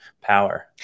power